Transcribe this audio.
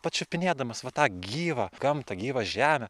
pačiupinėdamas va tą gyvą gamtą gyvą žemę